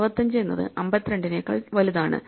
65 എന്നത് 52 നെക്കാൾ വലുതാണ്